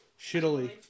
Shittily